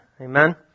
Amen